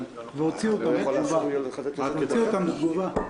והוציאו אותם בתגובה.